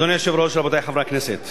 אדוני היושב-ראש, רבותי חברי הכנסת,